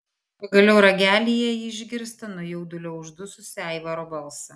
pagaliau ragelyje ji išgirsta nuo jaudulio uždususį aivaro balsą